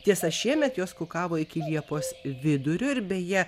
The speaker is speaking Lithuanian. tiesa šiemet jos kukavo iki liepos vidurio ir beje